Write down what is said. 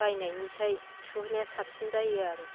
बायनायनिख्रुय सुहोनाया साबसिन जायो आरो